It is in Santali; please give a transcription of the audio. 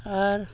ᱟᱨ